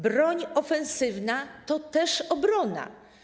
Broń ofensywna to też obrona.